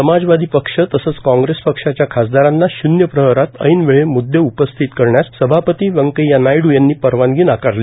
समाजवादी पक्ष तसंच काँबेस पक्षाच्या खासदारांना शूब्य प्रहारात ऐनवेळी मुद्दे उपस्थित करण्यास सभापती क्रांकव्या नायहू यांनी परवानगी नाकारली